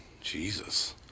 Jesus